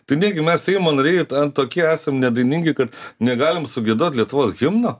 tai negi mes seimo nariai ant tokie esam nedainingi kad negalim sugiedot lietuvos himno